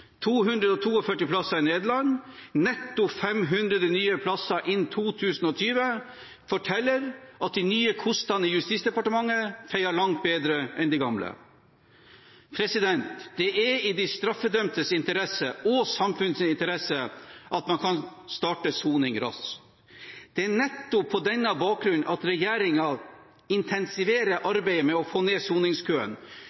netto 500 nye plasser innen 2020 forteller at de nye kostene i Justisdepartementet feier langt bedre enn de gamle. Det er i de straffedømtes interesse og i samfunnets interesse at man kan starte soning raskt. Det er nettopp på denne bakgrunn at regjeringen intensiverer arbeidet med å få ned soningskøen,